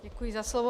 Děkuji za slovo.